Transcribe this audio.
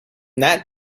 that